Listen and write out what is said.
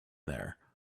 there